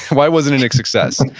why wasn't it a success?